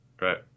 right